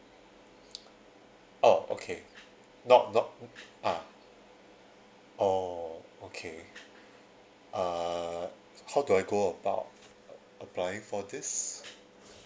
oh okay not not ah oh okay uh how do I go about applying for this